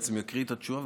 בעצם אקריא את התשובה,